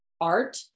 art